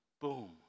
boom